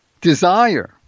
desire